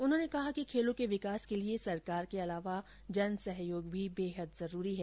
उन्होंने कहा कि खेलों के विकास के लिए सरकार के अलावा जन सहयोग भी बेहद जरूरी है